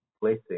placing